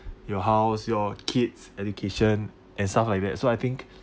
your house your kids' education and stuff like that so I think